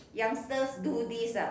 youngsters do this ah